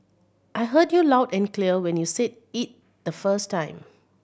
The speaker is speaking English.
I heard you loud and clear when you said it the first time